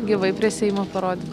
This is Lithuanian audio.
gyvai prie seimo parody